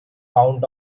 count